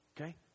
okay